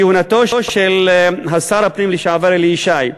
בכהונתו של שר הפנים לשעבר אלי ישי,